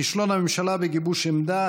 כישלון הממשלה בגיבוש עמדה,